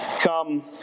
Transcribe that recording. come